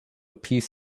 peace